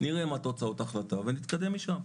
נראה מה תוצאות ההחלטה ונתקדם משם.